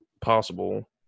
possible